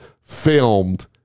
filmed